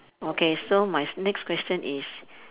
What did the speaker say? okay so my s~ next question is